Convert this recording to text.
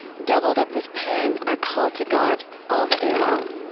doubled up with pain, i call to god all the day long.